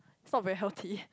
not very healthy